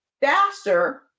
faster